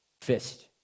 Fist